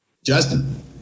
Justin